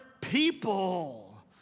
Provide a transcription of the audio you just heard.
people